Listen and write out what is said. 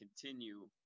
continue